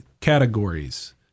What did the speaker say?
categories